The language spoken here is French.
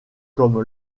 comme